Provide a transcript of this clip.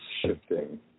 shifting